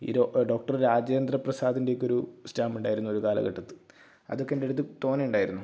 ഈ രൊ ഡോക്ടർ രാജേന്ദ്ര പ്രസാദിൻ്റെ ഒക്കെ ഒരു സ്റ്റാമ്പ് ഉണ്ടായിരുന്നു ഒരു കാലഘട്ടത്ത് അതൊക്കെ എൻ്റെ അടുത്ത് തോനെ ഉണ്ടായിരുന്നു